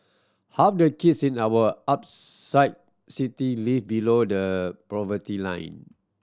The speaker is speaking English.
half the kids in our upside city live below the poverty line